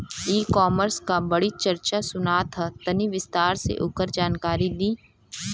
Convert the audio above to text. ई कॉमर्स क बड़ी चर्चा सुनात ह तनि विस्तार से ओकर जानकारी दी?